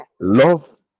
Love